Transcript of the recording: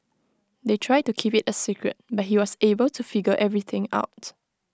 they tried to keep IT A secret but he was able to figure everything out